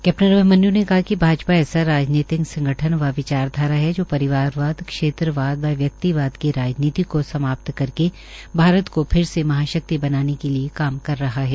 captain Abhimanyu ने कहा कि भाजपा ऐसा राजनीतिक संगठन व विचारधारा है जो परिवारवाद क्षेत्रवाद व व्यक्तिवाद की राजनीति को समाप्त करके भारत को फिर से महाशक्ति बनाने के लिए काम कर रहा है